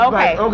Okay